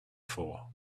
for